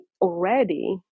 already